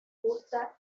gusta